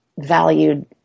valued